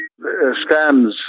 scams